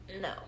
No